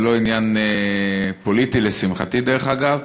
זה לא עניין פוליטי, לשמחתי, דרך אגב.